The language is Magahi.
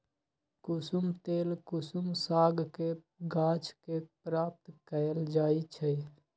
कुशुम तेल कुसुम सागके गाछ के प्राप्त कएल जाइ छइ